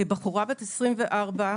בחורה בת 24,